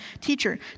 teacher